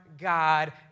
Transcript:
God